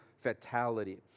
fatality